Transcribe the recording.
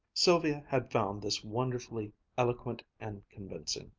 sylvia had found this wonderfully eloquent and convincing.